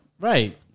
Right